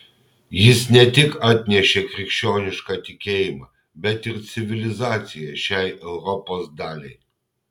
jis ne tik atnešė krikščionišką tikėjimą bet ir civilizaciją šiai europos daliai